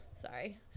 sorry